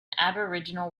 aboriginal